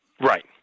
Right